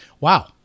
Wow